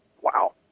Wow